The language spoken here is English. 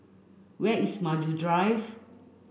where is Maju Drive